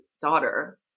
daughter